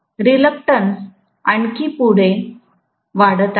तर रीलक्टंस आणखी आणि पुढे वाढत आहे